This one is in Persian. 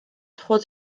خود